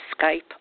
Skype